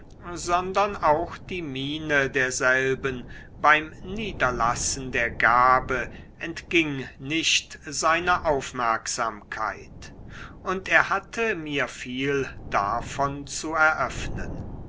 sondern auch die miene derselben beim niederlassen der gabe entging nicht seiner aufmerksamkeit und er hatte mir viel davon zu eröffnen